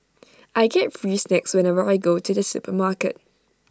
I get free snacks whenever I go to the supermarket